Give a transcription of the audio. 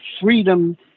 freedom